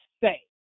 say